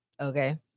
Okay